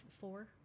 four